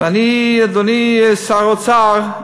ואני, אדוני שר האוצר,